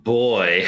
boy